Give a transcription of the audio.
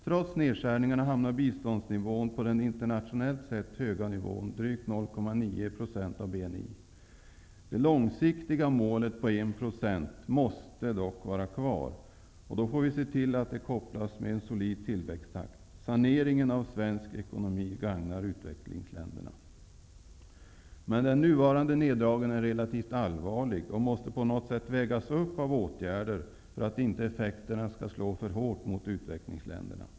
Trots nedskärningarna hamnar biståndsnivån på den internationellt sett höga siffran drygt 0,9 % av BNI. Det långsiktiga målet på 1 % måste dock vara kvar, och då får vi se till att det kopplas till en solid tillväxttakt. Saneringen av svensk ekonomi gagnar utvecklingsländerna. Men den nuvarande neddragningen är relativt allvarlig och måste på något sätt vägas upp av andra åtgärder för att effekterna i utvecklingsländerna inte skall bli för stora.